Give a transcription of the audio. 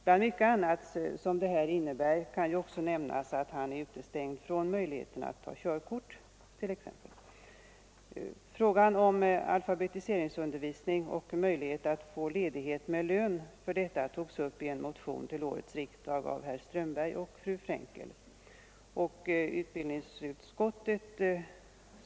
Bland mycket annat som detta innebär kan också nämnas att han är utestängd från möjligheten att ta körkort. Frågan om alfabetiseringsundervisning och möjlighet att få ledighet med lön för denna undervisning togs upp i en motion till årets riksdag av herr Strömberg och fru Fraenkel.